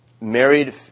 married